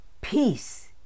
peace